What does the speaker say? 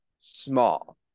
small